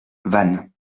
vannes